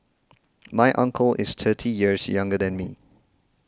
my uncle is thirty years younger than me